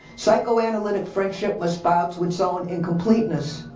psychoanalytic friendship must bow to its own incompleteness.